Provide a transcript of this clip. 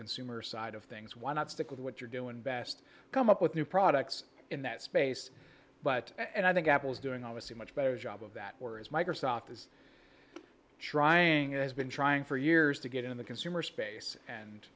consumer side of things why not stick with what you're doing best come up with new products in that space but i think apple's doing almost a much better job of that where as microsoft is trying it has been trying for years to get in the consumer space and